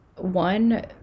one